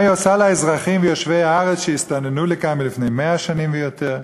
מה היא עושה לאזרחים ויושבי הארץ שהסתננו לכאן לפני 100 שנים ויותר?